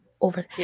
over